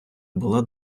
була